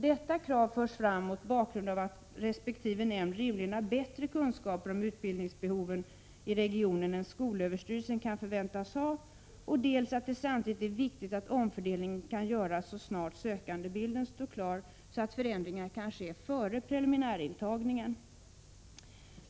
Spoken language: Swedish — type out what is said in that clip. Detta krav förs fram mot bakgrund av dels att resp. nämnd rimligen har bättre kunskaper om utbildningsbehoven i regionen än skolöverstyrelsen kan förväntas ha, dels att det samtidigt är viktigt att omfördelningen kan göras så snart sökandebilden står klar, så att förändringar kan ske före preliminärintagningen.